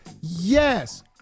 Yes